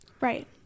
right